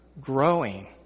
growing